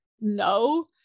No